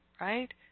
right